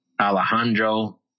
Alejandro